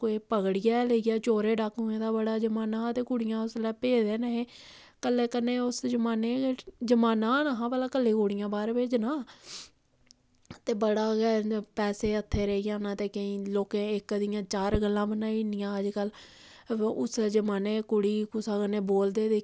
ते पकड़ियै लेई जा ते चोरें डाकुऐं दा बड़ा जमाना ते कुड़ियां उसलै भेजदे निं हे कल्लै कन्नै उस जमानै गी जमाना निं हा कल्लै कुड़ियां बाहर भेजने दा ते बड़ा गै पैसे हत्थे गी रेही जाङन केईं लोकें ते इक्क दियां चार गल्ला बनाई ओड़नियां इक्क दियां ते उस्सै जमानै कोई कुड़ी कुसै कन्नै बोलदी दिक्खी